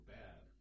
bad